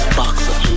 boxer